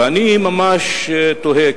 ואני ממש תוהה,